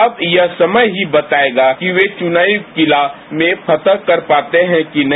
अब यह समय ही बतायेगा कि वे चुनावी किला फतह कर पाते हैं कि नहीं